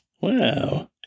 Wow